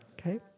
Okay